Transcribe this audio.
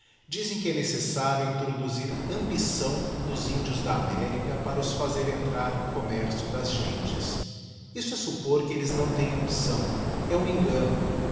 dizem qié é necessário introduzir ambição nos índios da amencá barà os fazer entrar no commercio das gentes isso ó buppor que dles líâo têm ambição é um engano